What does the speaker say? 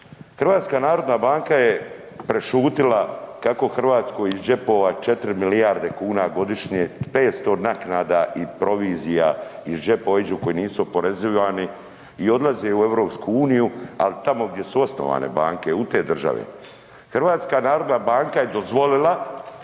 francima. HNB je prešutila kako Hrvatskoj iz džepova 4 milijarde kuna godišnje, 500 naknada i provizija iz džepova iđu koji nisu oporezivani i odlaze u EU, ali tamo gdje su osnovane banke, u te države. HNB je dozvolila